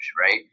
Right